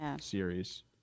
series